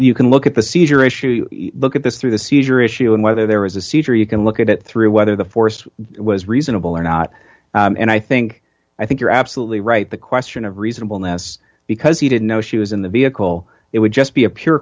you can look at the seizure issue look at this through the seizure issue and whether there was a seizure you can look at it through whether the force was reasonable or not and i think i think you're absolutely right the question of reasonableness because he didn't know she was in the vehicle it would just be a pure